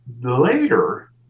later